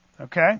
Okay